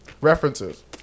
references